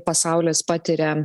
pasaulis patiria